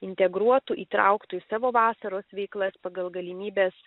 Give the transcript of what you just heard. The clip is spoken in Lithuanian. integruotų įtrauktų į savo vasaros veiklas pagal galimybes